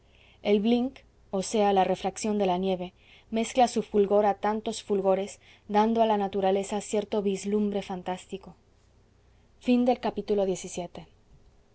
el blinc o sea la refracción de la nieve mezcla su fulgor a tantos fulgores dando a la naturaleza cierto vislumbre fantástico xviii